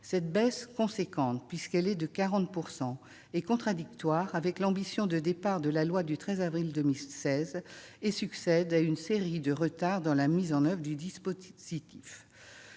Cette baisse importante- elle est de 40 % -est contradictoire avec l'ambition de départ de la loi du 13 avril 2016 et succède à une série de retards dans la mise en oeuvre du dispositif.